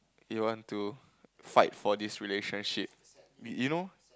you want to fight for this relationship you know